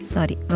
Sorry